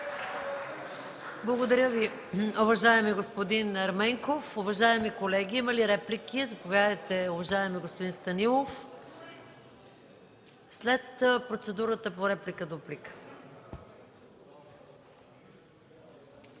Благодаря Ви, уважаеми господин Ерменков. Уважаеми колеги, има ли реплики? Заповядайте, уважаеми господин Станилов. (Реплики.) След процедурата по реплика – дуплика.